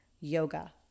yoga